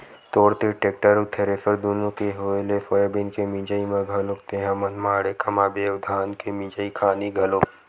तोर तीर टेक्टर अउ थेरेसर दुनो के होय ले सोयाबीन के मिंजई म घलोक तेंहा मनमाड़े कमाबे अउ धान के मिंजई खानी घलोक